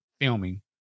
filming